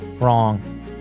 wrong